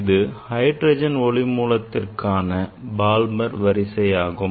இது ஹைட்ரஜன் ஒளி மூலத்திற்கான Balmer வரிசையாகும்